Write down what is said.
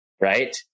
right